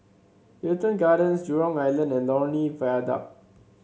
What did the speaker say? Wilton Gardens Jurong Island and Lornie Viaduct